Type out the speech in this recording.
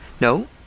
No